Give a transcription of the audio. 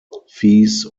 fees